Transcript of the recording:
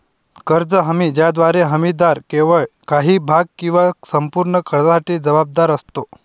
कर्ज हमी ज्याद्वारे हमीदार केवळ काही भाग किंवा संपूर्ण कर्जासाठी जबाबदार असतो